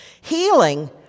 Healing